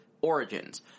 origins